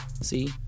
See